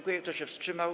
Kto się wstrzymał?